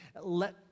let